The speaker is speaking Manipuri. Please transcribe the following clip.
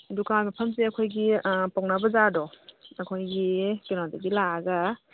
ꯗꯨꯀꯥꯟ ꯃꯐꯝꯁꯦ ꯑꯩꯍꯣꯏꯒꯤ ꯄꯥꯎꯅꯥ ꯕꯖꯥꯔꯗꯣ ꯑꯩꯈꯣꯏꯒꯤ ꯀꯩꯅꯣꯗꯒꯤ ꯂꯥꯛꯑꯒ